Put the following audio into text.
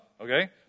Okay